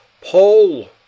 Paul